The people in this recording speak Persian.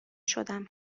شدم